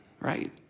right